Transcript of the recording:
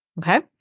okay